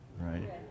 right